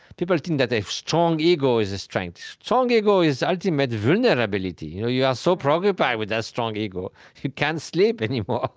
people think that a strong ego is a strength. strong ego is ultimate vulnerability. you know you are so preoccupied with that strong ego, you can't sleep anymore.